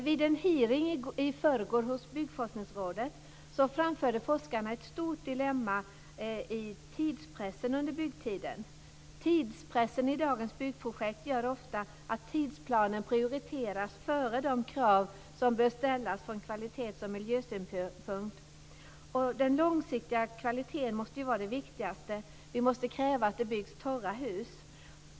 Vid en hearing i förrgår hos Byggforskningsrådet framförde forskarna tidspressen under byggtiden som ett stort dilemma. Tidspressen i dagens byggprojekt gör ofta att tidsplanen prioriteras framför de krav som bör ställas från kvalitets och miljösynpunkt. Den långsiktiga kvaliteten måste vara det viktigaste. Vi måste kräva att det byggs torra hus.